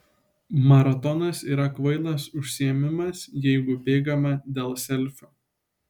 maratonas yra kvailas užsiėmimas jeigu bėgama dėl selfio